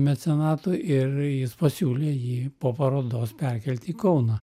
mecenatui ir jis pasiūlė jį po parodos perkelt į kauną